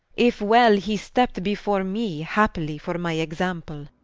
if well, he stept before me happily for my example